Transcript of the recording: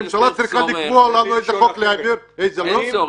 הממשלה צריכה לקבוע לנו איזה חוק להעביר ואיזה לא?